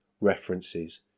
references